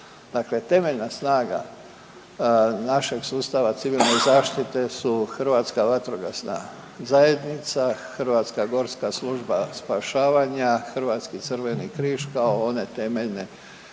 temeljna snaga našeg sustava civilne zaštite su Hrvatska vatrogasna zajednica, Hrvatska gorska služba spašavanja, Hrvatski crveni križ kao one temeljne